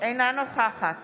אינה נוכחת